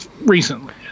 recently